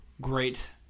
Great